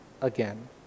again